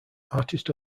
artist